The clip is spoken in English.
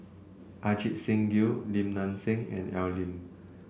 Ajit Singh Gill Lim Nang Seng and Al Lim